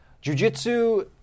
Jiu-Jitsu